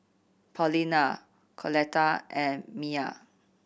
Paulina Coletta and Mia